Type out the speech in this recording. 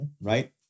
right